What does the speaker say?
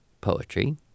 poetry